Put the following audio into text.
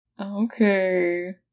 Okay